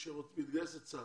מתגייס לצה"ל,